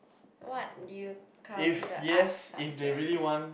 what do you count as a art subject